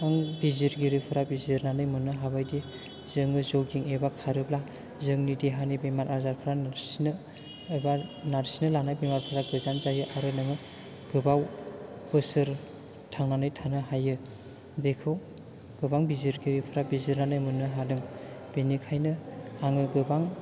बिजिरगिरिफोरा बिजिरनानै मोननो हाबायदि जोङो जगिं एबा खारोब्ला जोंनि देहानि बेराम आजारफ्रा नारसिननो एबा नारसिननो लानाय बेरामफोरा गोजान जायो आरो नोङो गोबाव बोसोर थांनानै थानो हायो बेखौ गोबां बिजिरगिरिफोरा बिजिरनानै मोननो हादों बेनिखायनो आङो गोबां